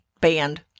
band